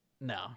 No